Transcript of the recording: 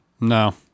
no